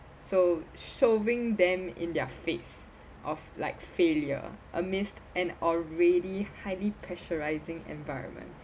so shoving them in their face of like failure amidst an already highly pressurizing environment